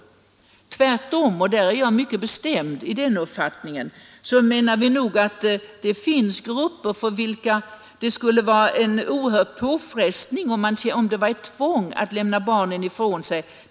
Vi menar tvärtom — och på den punkten är jag mycket bestämd i min uppfattning — att det finns grupper, för vilka ett tvång att lämna barnen ifrån sig till förskola skulle vara en oerhörd påfrestning.